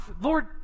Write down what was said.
Lord